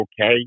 okay